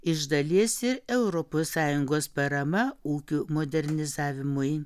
iš dalies ir europos sąjungos parama ūkių modernizavimui